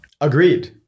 Agreed